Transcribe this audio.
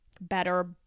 better